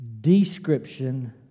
description